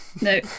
No